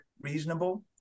reasonable